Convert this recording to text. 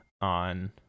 on